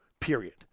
period